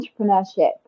entrepreneurship